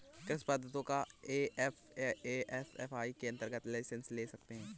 कृषि उत्पादों का एफ.ए.एस.एस.आई के अंतर्गत लाइसेंस ले सकते हैं